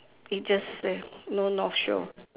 it just say no north shore